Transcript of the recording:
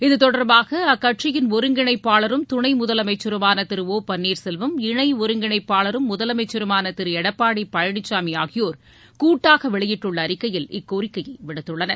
இத்தொடர்பாக அக்கட்சியின் ஒருங்கிணைப்பாளரும் துணை முதலமைச்சருமான திரு டுபன்னீர்செல்வம் இணை ஒருங்கிணைப்பாளரும் முதலமைச்சருமான திரு எடப்பாடி பழனிசாமி ஆகியோர் கூட்டாக வெளியிட்டுள்ள அறிக்கையில் இக்கோரிக்கையை விடுத்துள்ளனர்